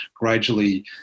gradually